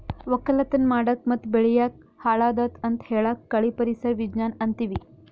ವಕ್ಕಲತನ್ ಮಾಡಕ್ ಮತ್ತ್ ಬೆಳಿ ಯಾಕ್ ಹಾಳಾದತ್ ಅಂತ್ ಹೇಳಾಕ್ ಕಳಿ ಪರಿಸರ್ ವಿಜ್ಞಾನ್ ಅಂತೀವಿ